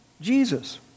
Jesus